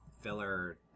filler